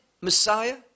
Messiah